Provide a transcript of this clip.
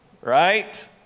right